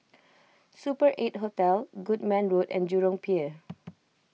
Super eight Hotel Goodman Road and Jurong Pier